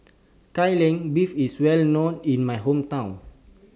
Kai Lan Beef IS Well known in My Hometown